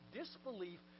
disbelief